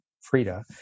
Frida